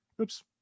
oops